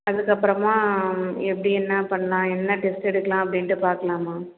அதுக்கப்புறமா எப்படி என்ன பண்லாம் என்ன டெஸ்ட் எடுக்கலாம் அப்படின்ட்டு பார்க்கலாம்மா